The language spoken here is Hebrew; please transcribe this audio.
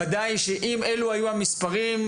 ודאי שאם אלו היו המספרים,